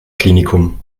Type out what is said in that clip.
klinikum